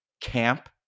Camp